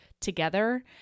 together